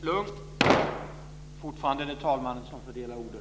Det är fortfarande talmannen som fördelar ordet.